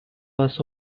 was